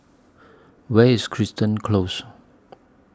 Where IS Crichton Close